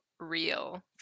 real